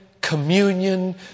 communion